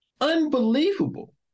Unbelievable